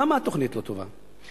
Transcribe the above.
למה התוכנית לא טובה.